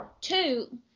Two